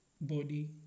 body